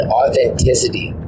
authenticity